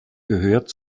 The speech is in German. gehört